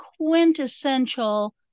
quintessential